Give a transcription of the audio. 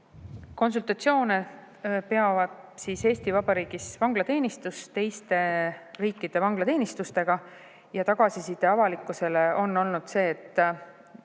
Konsultatsioone peab Eesti Vabariigis vanglateenistus teiste riikide vanglateenistustega. Tagasiside avalikkusele on olnud see, et